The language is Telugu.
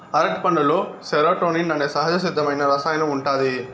అరటిపండులో సెరోటోనిన్ అనే సహజసిద్ధమైన రసాయనం ఉంటాది